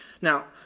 Now